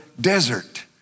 desert